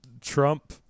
Trump